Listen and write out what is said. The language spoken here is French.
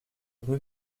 rue